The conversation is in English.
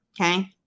Okay